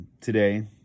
today